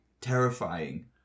terrifying